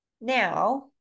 Now